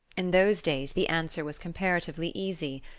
in those days the answer was comparatively easy.